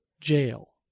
jail